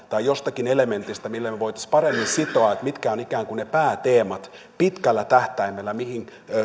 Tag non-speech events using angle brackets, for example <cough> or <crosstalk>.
<unintelligible> tai jostakin elementistä millä me voisimme paremmin sitoa sen mitkä ovat ikään kuin ne pääteemat pitkällä tähtäimellä mihin